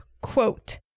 quote